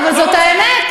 בסדר, אבל זאת האמת.